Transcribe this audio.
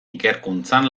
ikerkuntzan